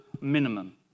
minimum